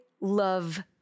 love